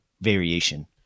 variation